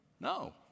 No